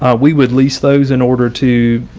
ah we would lease those in order to,